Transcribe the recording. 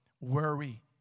Worry